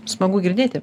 smagu girdėti